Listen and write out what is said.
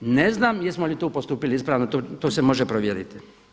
Ne znam jesmo li tu postupili ispravno, to se može provjeriti.